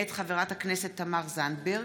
מאת חברת הכנסת תמר זנדברג,